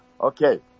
okay